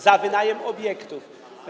za wynajem obiektów.